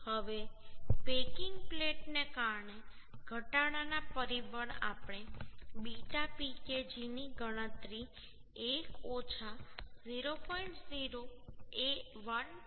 હવે પેકિંગ પ્લેટને કારણે ઘટાડાના પરિબળ આપણે બીટા Pkg ની ગણતરી 1 ઓછા 0